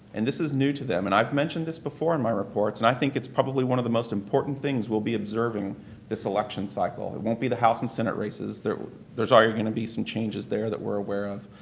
and this is new to them, and i've mentioned this before in my reports and i think it's probably one of the most important things we'll be observing this election cycle. it won't be the house and senate races. there's ah already going to be some changes there that we're aware of.